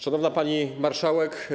Szanowna Pani Marszałek!